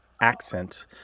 accent